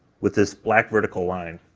with this black vertical line.